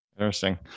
Interesting